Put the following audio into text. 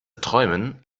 träumen